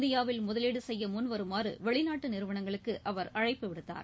இந்தியாவில் முதலீடு செய்ய முன்வருமாறு வெளிநாட்டு நிறுவனங்களுக்கு அவர் அழைப்பு விடுத்தார்